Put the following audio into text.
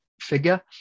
figure